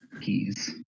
keys